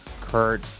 Kurt